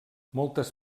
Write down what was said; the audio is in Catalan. moltes